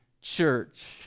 church